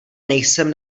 nejsem